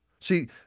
See